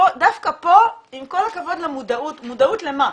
דווקא פה, עם כל הכבוד למודעות, מודעות למה?